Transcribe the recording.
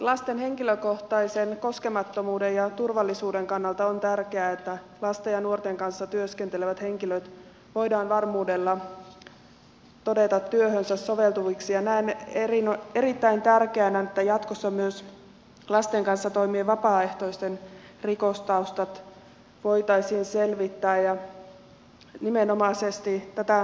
lasten henkilökohtaisen koskemattomuuden ja turvallisuuden kannalta on tärkeää että lasten ja nuorten kanssa työskentelevät henkilöt voidaan varmuudella todeta työhönsä soveltuviksi ja näen erittäin tärkeänä että jatkossa myös lasten kanssa toimivien vapaaehtoisten rikostaustat voitaisiin selvittää nimenomaisesti tätä näkökulmaa ajatellen